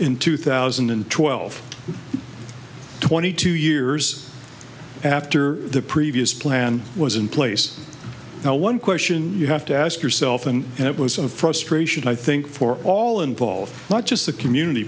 in two thousand and twelve twenty two years after the previous plan was in place now one question you have to ask yourself and it was a frustration i think for all involved not just the community